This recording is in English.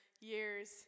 years